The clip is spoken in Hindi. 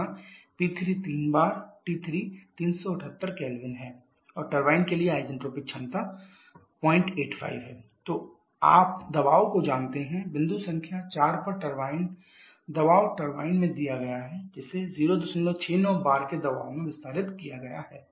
यहाँ P3 3 bar T3 105 0C 378 K औरटरबाइन के लिए आइसेंट्रोपिक दक्षता ηT 085 तो आप दबावों को जानते हैं बिंदु संख्या 4 पर दबाव टर्बाइन में दिया गया है जिसे 069 bar के दबाव में विस्तारित किया गया है